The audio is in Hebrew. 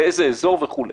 לאיזה אזור וכולי.